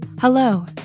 Hello